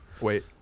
Wait